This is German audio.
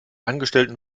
angestellten